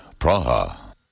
Praha